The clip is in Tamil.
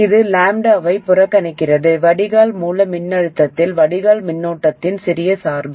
இது λ ஐப் புறக்கணிக்கிறது வடிகால் மூல மின்னழுத்தத்தில் வடிகால் மின்னோட்டத்தின் சிறிய சார்பு